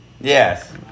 Yes